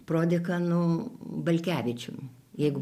prodekanu balkevičium jeigu